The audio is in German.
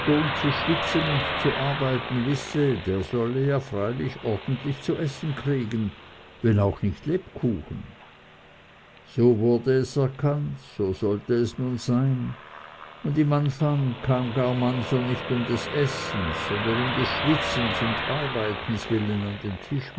zu schwitzen und zu arbeiten wisse der solle ja ordentlich zu essen kriegen wenn auch nicht lebkuchen so wurde es erkannt so sollte es nun sein und im anfang kam gar mancher nicht um des essens sondern um des schwitzens und arbeitens willen an den